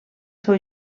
seu